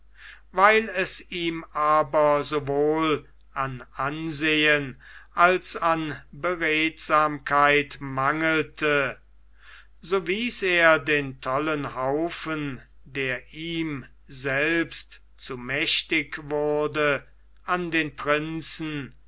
weil es ihm aber sowohl an ansehen als an beredsamkeit mangelte so wies er den tollen haufen der ihm selbst zu mächtig wurde an den prinzen